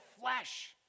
flesh